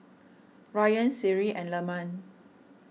Ryan Seri and Leman